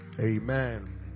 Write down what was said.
amen